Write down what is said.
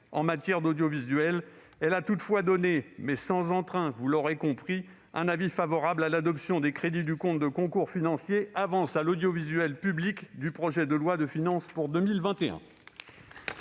en matière d'audiovisuel, elle a toutefois émis, mais- vous l'aurez compris -sans entrain, un avis favorable à l'adoption des crédits du compte de concours financiers « Avances à l'audiovisuel public » du projet de loi de finances pour 2021.